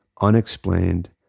unexplained